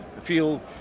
feel